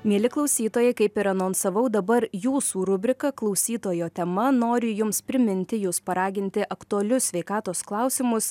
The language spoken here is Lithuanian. mieli klausytojai kaip ir anonsavau dabar jūsų rubrika klausytojo tema noriu jums priminti jus paraginti aktualius sveikatos klausimus